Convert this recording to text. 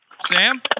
Sam